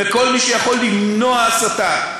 מכל מי שיכול למנוע הסתה.